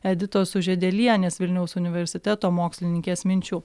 editos sužiedelienės vilniaus universiteto mokslininkės minčių